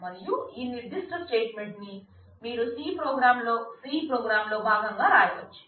మరియు ఈ నిర్ధిష్ట స్టేట్ మెంట్ ని మీరు C ప్రోగ్రామ్ లో భాగంగా రాయవచ్చు